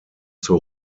zur